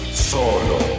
Solo